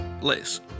less